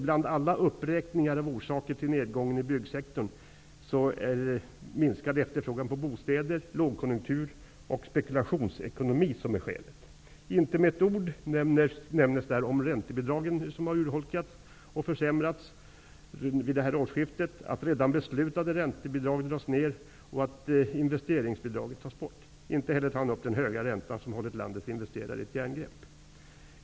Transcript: Bland alla uppräkningar av orsaker till nedgången i byggsektorn nämns minskad efterfrågan på bostäder, lågkonjunktur och spekulationsekonomi. Inte med ett ord nämns att räntebidragen urholkats och försämrats vid årsskiftet, att redan beslutade räntebidrag dras ned och att investeringsbidraget tas bort. Inte heller tar arbetsmarknadsministern upp den höga räntan, som hållit landets investerare i ett järngrepp.